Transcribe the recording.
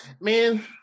Man